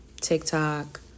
TikTok